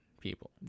people